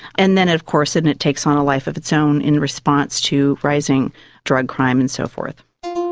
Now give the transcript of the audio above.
and then of course it and it takes on a life of its own in response to rising drug crime and so forth.